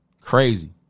Crazy